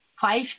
five